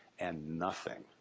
and, nothing.